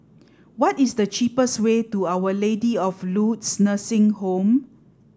what is the cheapest way to Our Lady of Lourdes Nursing Home